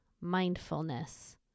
mindfulness